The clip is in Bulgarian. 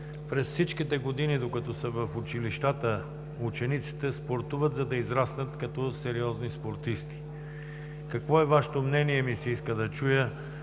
през всичките години, докато са в училищата, учениците спортуват, за да израснат като сериозни спортисти. Какво е Вашето мнение, ми се иска да чуя,